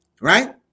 Right